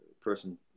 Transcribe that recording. person